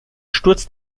sturz